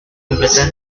completa